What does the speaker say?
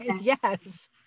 Yes